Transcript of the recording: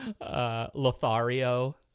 Lothario